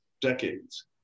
decades